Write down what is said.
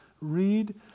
Read